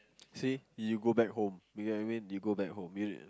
see you go back home you get what I mean you go back home you